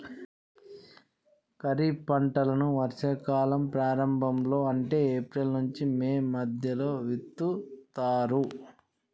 ఖరీఫ్ పంటలను వర్షా కాలం ప్రారంభం లో అంటే ఏప్రిల్ నుంచి మే మధ్యలో విత్తుతరు